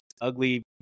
ugly